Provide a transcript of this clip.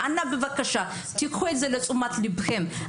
בבקשה, קחו את זה לתשומת ליבכם.